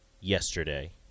yesterday